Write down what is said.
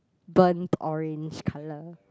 burnt orange color